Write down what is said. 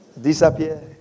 Disappear